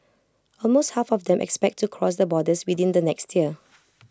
almost half of them expect to cross the borders within the next year